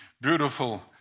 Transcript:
beautiful